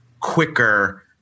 quicker